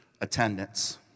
attendance